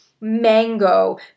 mango